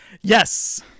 Yes